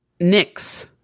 Nyx